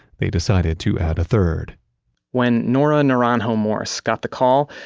they decided to add a third when nora naranjo-morse got the call,